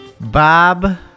Bob